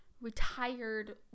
retired